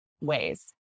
ways